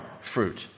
fruit